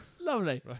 Lovely